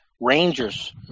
Rangers